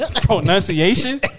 Pronunciation